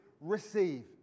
receive